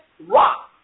rock